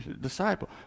disciple